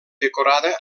decorada